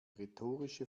rhetorische